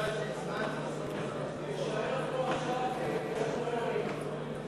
הצעת סיעת קדימה להביע אי-אמון בממשלה לא נתקבלה.